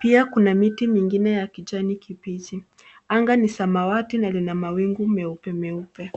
pia kuna miti mingine ya kijani kibichi. Anga ni samawati na lina mawingu meupe meupe.